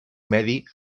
medi